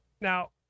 Now